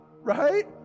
right